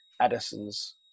Edison's